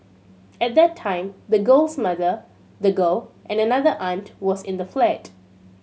at that time the girl's mother the girl and another aunt was in the flat